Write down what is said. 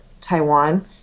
Taiwan